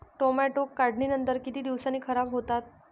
Tomato काढणीनंतर किती दिवसांनी खराब होतात?